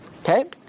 Okay